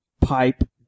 pipe